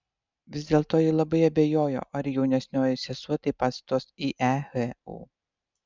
vis dėlto ji labai abejojo ar jaunesnioji sesuo taip pat stos į ehu